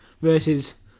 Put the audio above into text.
Versus